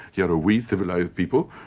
here are we, civilised people,